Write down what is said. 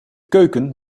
keuken